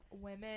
women